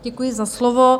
Děkuji za slovo.